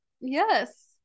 yes